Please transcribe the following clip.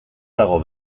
dago